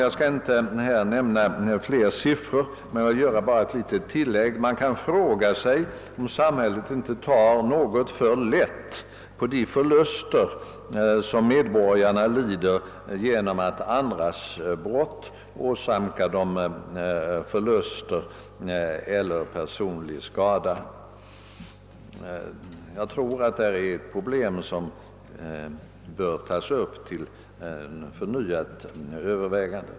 Jag skall inte nämna fler siffror, men jag vill göra ett litet tillägg: man kan fråga sig om samhället inte tar något för lätt på de förluster som medborgarna lider genom att andras brott åsamkar dem förluster eller personlig skada. Jag tror att detta är ett problem som bör tas upp till förnyat övervägande.